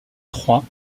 trois